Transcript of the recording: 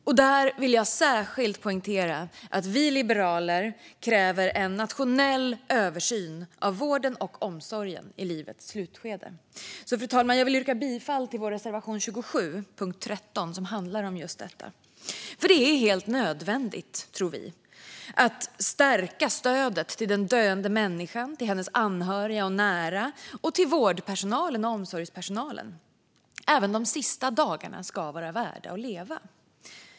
Jag vill här särskilt poängtera att vi liberaler kräver en nationell översyn av vården och omsorgen i livets slutskede. Jag vill därför, fru talman, yrka bifall till vår reservation 27 under punkt 13 som handlar om just detta. Vi tror att det är helt nödvändigt att stärka stödet till den döende människan, till hennes anhöriga och nära och till vård och omsorgspersonalen. Även de sista dagarna ska vara värda att leva.